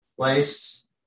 place